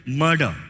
murder